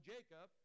Jacob